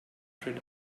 afraid